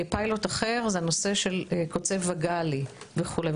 פיילוט אחר זה הנושא של קוצב וגאלי וכו'.